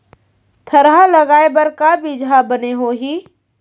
थरहा लगाए बर का बीज हा बने होही?